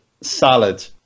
salad